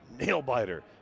nail-biter